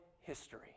history